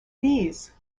these